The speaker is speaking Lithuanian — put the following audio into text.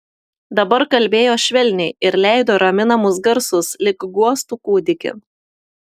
dabar kalbėjo švelniai ir leido raminamus garsus lyg guostų kūdikį